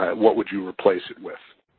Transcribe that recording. what would you replace it with?